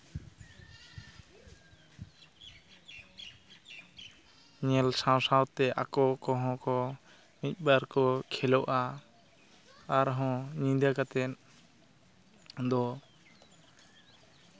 ᱧᱮᱞ ᱥᱟᱶᱼᱥᱟᱶᱛᱮ ᱟᱠᱚ ᱠᱚᱦᱚᱸ ᱠᱚ ᱢᱤᱫ ᱵᱟᱨ ᱠᱚ ᱠᱷᱮᱞᱳᱜᱼᱟ ᱟᱨᱦᱚᱸ ᱧᱤᱫᱟᱹ ᱠᱟᱛᱮᱫ ᱫᱚ